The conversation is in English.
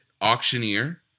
auctioneer